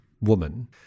woman